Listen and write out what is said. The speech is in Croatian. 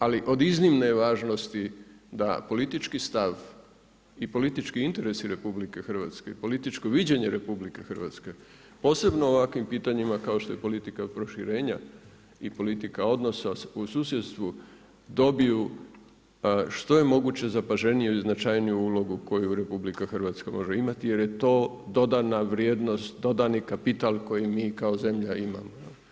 Ali od iznimne je važnosti da politički stav i politički interes RH, političko viđenje RH, posebno u ovakvim pitanjima, kao što je politika proširenja i politika odnosa u susjedstvu dobiju što je moguće zapaženiju i značajniju ulogu koju RH može imati jer je to dodana vrijednost, dodani kapital koji mi kao zemlja imamo.